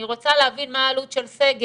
אני רוצה להבין מה העלות של סגר